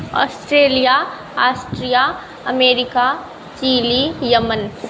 Australia Austria America Chile Yemen